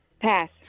Pass